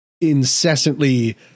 incessantly